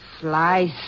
flies